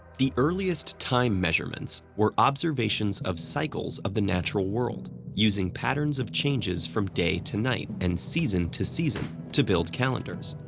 the earliest time measurements were observations of cycles of the natural world, using patterns of changes from day to night and season to season to build calendars.